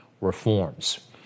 reforms